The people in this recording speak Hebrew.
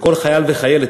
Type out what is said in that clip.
וכל חייל וחיילת,